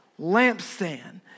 lampstand